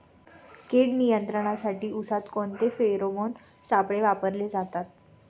कीड नियंत्रणासाठी उसात कोणते फेरोमोन सापळे वापरले जातात?